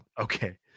Okay